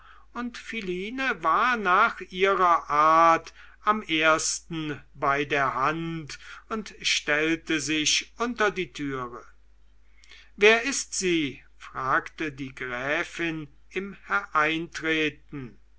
und philine war nach ihrer art am ersten bei der hand und stellte sich unter die türe wer ist sie fragte die gräfin im hereintreten